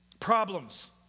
problems